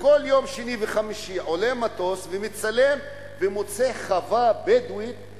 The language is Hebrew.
וכל יום שני וחמישי עולה מטוס ומצלם ומוצא חווה בדואית,